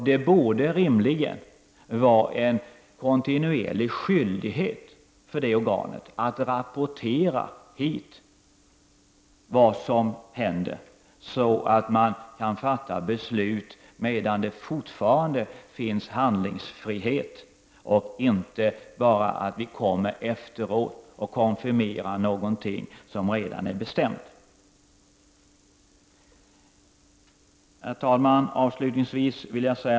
Det borde rimligen vara en kontinuerlig skyldighet för det organet att rapportera till riksdagen vad som händer så att man kan fatta beslut medan det fortfarande finns handlingsfrihet och inte så att vi endast kommer efteråt och konfirmerar något som redan är bestämt. Herr talman!